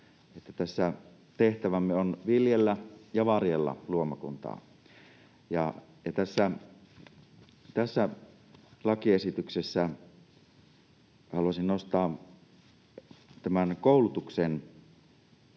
että tehtävämme on viljellä ja varjella luomakuntaa. Tästä lakiesityksestä haluaisin nostaa tämän koulutusta